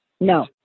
No